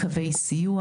קווי סיוע.